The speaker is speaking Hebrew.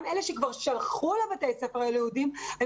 גם אלה שכבר שלחו לבתי ספר היהודיים אני